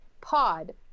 pod